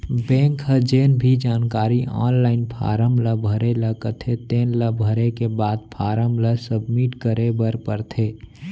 bank ह जेन भी जानकारी आनलाइन फारम ल भरे ल कथे तेन ल भरे के बाद फारम ल सबमिट करे बर परथे